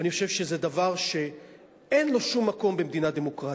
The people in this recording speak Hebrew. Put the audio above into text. אני חושב שזה דבר שאין לו שום מקום במדינה דמוקרטית.